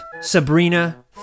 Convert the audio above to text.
Sabrina